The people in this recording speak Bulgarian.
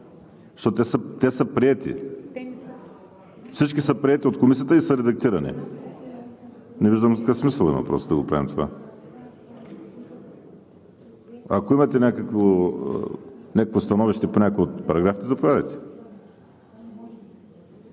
Защото те са приети, всички са приети от Комисията и са редактирани. Не виждам какъв смисъл има да го правим това? Ако имате някакво становище по някой от параграфите, заповядайте.